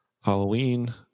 Halloween